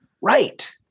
right